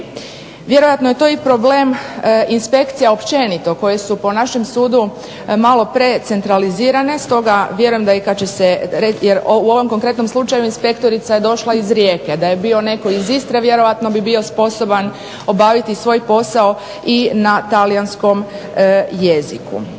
Vjerojatno je to i problem inspekcija općenito koje su po našem sudu malo precentralizirane. Stoga vjerujem da i kad će se jer u ovom konkretnom slučaju inspektorica je došla iz Rijeke. Da je bio netko iz Istre vjerojatno bi bio sposoban obaviti svoj posao i na talijanskom jeziku.